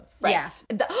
right